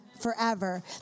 forever